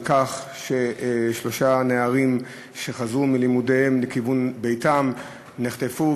לכך ששלושה נערים שחזרו מלימודיהם לכיוון ביתם ונחטפו,